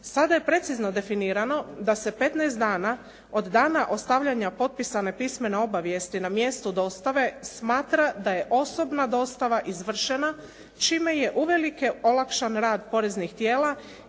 Sada je precizno definirano da se 15 dana od dana ostavljanja potpisane pisane obavijesti na mjestu dostave smatra da je osobna dostava izvršena čime je uvelike olakšan rad poreznih tijela